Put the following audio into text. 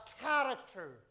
character